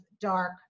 dark